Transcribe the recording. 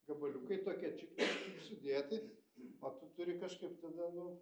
gabaliukai tokie čik čik čik sudėti o tu turi kažkaip tada nu